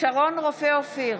שרון רופא אופיר,